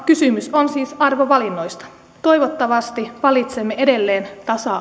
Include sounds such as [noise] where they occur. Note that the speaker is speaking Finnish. kysymys on siis arvovalinnoista toivottavasti valitsemme edelleen tasa [unintelligible]